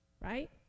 Right